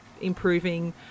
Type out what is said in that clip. improving